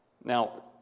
Now